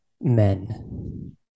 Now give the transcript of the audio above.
men